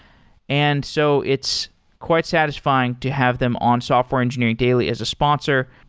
and so it's quite satisfying to have them on software engineering daily as a sponsor.